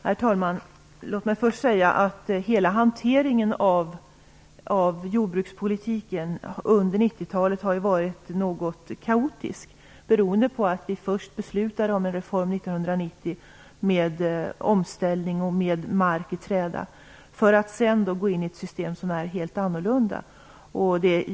Herr talman! Låt mig först säga att hanteringen av jordbrukspolitiken under 90-talet har varit något kaotisk beroende på att vi först beslutade om en reform 1990 med omställning och med mark i träda för att sedan gå in i ett system som är helt annorlunda.